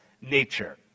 nature